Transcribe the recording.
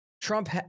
Trump